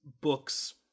book's